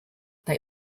they